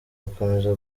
gukomeza